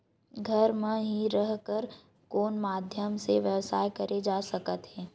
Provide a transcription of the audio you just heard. घर म हि रह कर कोन माध्यम से व्यवसाय करे जा सकत हे?